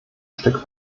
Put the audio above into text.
stück